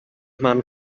man